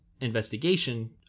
investigation